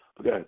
Okay